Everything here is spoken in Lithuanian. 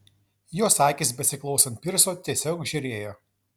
jos akys besiklausant pirso tiesiog žėrėjo